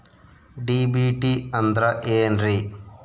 DBT ಅಂದ್ರ ಏನ್ರಿ?